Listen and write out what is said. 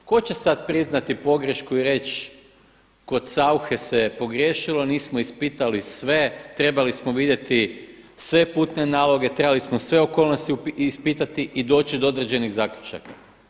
Tko će sad priznati pogrešku i reći kod Sauche se pogriješilo, nismo ispitali sve, trebali smo vidjeti sve putne naloge, trebali smo sve okolnosti ispitati i doći do određenih zaključaka.